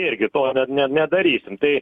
irgi to ne ne nedarysim tai